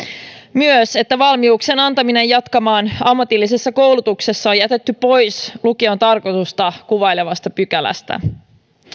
myös että valmiuksien antaminen jatkamaan ammatillisessa koulutuksessa on jätetty pois lukion tarkoitusta kuvailevasta pykälästä